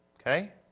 Okay